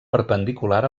perpendicular